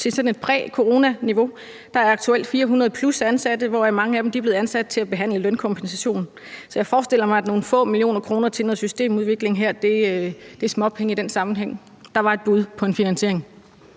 til sådan et præcoronaniveau. Der er aktuelt 400 plus ansatte, hvoraf mange af dem er blevet ansat til at behandle lønkompensation. Så jeg forestiller mig, at nogle få millioner kroner til noget systemudvikling her er småpenge i den sammenhæng. Der var et bud på en finansiering!